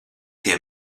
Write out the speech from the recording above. tie